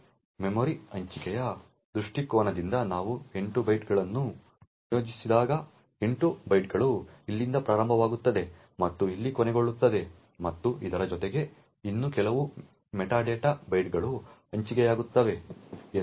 memory ಹಂಚಿಕೆಯ ದೃಷ್ಟಿಕೋನದಿಂದ ನೀವು 8 ಬೈಟ್ಗಳನ್ನು ನಿಯೋಜಿಸಿದಾಗ 8 ಬೈಟ್ಗಳು ಇಲ್ಲಿಂದ ಪ್ರಾರಂಭವಾಗುತ್ತದೆ ಮತ್ತು ಇಲ್ಲಿ ಕೊನೆಗೊಳ್ಳುತ್ತದೆ ಮತ್ತು ಇದರ ಜೊತೆಗೆ ಇನ್ನೂ ಕೆಲವು ಮೆಟಾ ಡೇಟಾ ಬೈಟ್ಗಳು ಹಂಚಿಕೆಯಾಗುತ್ತವೆ ಎಂದು ಅರ್ಥ